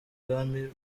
bwami